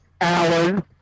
Alan